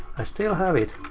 i still have it.